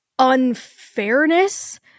unfairness